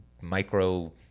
micro